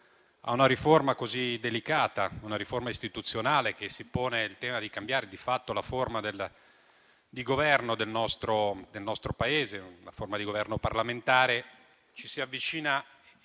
a una riforma così delicata, una riforma istituzionale che pone il tema di cambiare, di fatto, la forma di governo del nostro Paese, la forma di governo parlamentare, si dovrebbe